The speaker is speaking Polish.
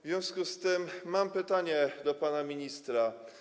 W związku z tym mam pytanie do pana ministra.